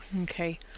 Okay